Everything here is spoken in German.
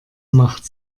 macht